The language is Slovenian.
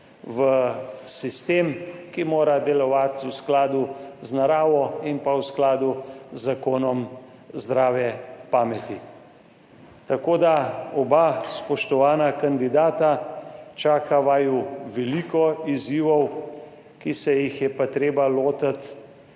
v sistem, ki mora delovati v skladu z naravo in pa v skladu z zakonom zdrave pameti. Tako da oba spoštovana kandidata, čaka vaju veliko izzivov, ki se jih je pa treba lotiti